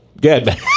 Good